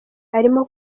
arimo